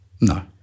no